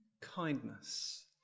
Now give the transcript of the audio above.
kindness